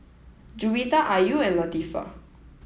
Juwita Ayu and Latifa